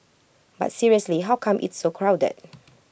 but seriously how come it's so crowded